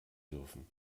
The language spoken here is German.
dürfen